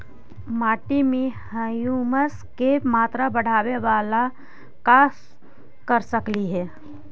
मिट्टी में ह्यूमस के मात्रा बढ़ावे ला का कर सकली हे?